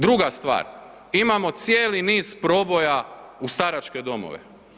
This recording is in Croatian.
Druga stvar, imamo cijeli niz proboja u staračke domove.